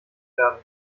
werden